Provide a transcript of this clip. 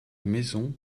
maisons